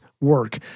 work